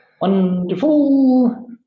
Wonderful